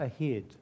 ahead